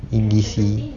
N_B_C